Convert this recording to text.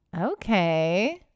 Okay